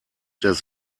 des